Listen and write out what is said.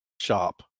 shop